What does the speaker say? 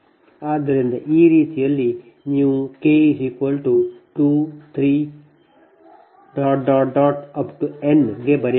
ಆದ್ದರಿಂದ ಈ ರೀತಿಯಲ್ಲಿ ನೀವು k 23 n ಗೆ ಬರೆಯಬಹುದು